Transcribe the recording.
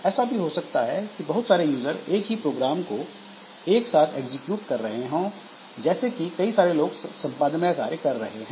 ऐसा भी हो सकता है कि बहुत सारे यूजर एक ही प्रोग्राम को एग्जीक्यूट कर रहे हों जैसे कि कई सारे लोग संपादन का कार्य कर रहे हैं